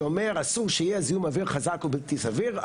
שאומר אסור שיהיה זיהום אוויר חזק ובלתי סביר,